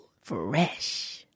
Fresh